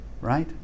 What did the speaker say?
right